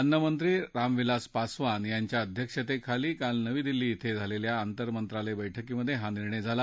अन्नमंत्री रामविलास पासवान यांच्या अध्यक्षतेखाली काल नवी दिल्ली इं झालेल्या आंतरमंत्रालय बैठकीत हा निर्णय झाला